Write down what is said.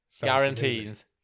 guarantees